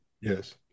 Yes